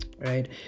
Right